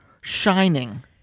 shining